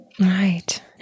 Right